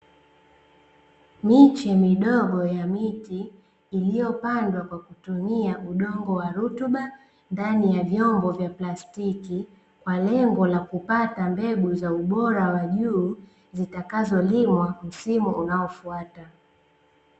Miche midogo ya miti iliyopandwa kwa kutumia udongo wa rutuba ndani ya vyombo vya plastiki, kwa lengo la kupata mbegu za ubora wa juu zitakazolimwa msimu unaofuata.